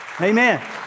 Amen